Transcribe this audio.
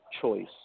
choice